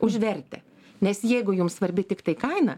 už vertę nes jeigu jum svarbi tiktai kaina